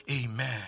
Amen